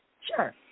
Sure